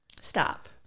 Stop